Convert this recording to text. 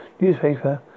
newspaper